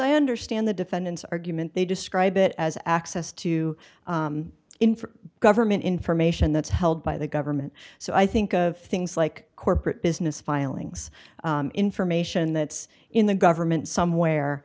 i understand the defendant's argument they describe it as access to in for government information that's held by the government so i think of things like corporate business filings information that's in the government somewhere